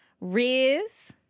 Riz